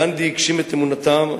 גנדי הגשים את אמונתם,